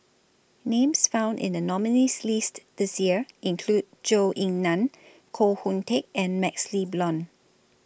Names found in The nominees' list This Year include Zhou Ying NAN Koh Hoon Teck and MaxLe Blond